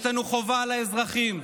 יש לנו חובה לאזרחים,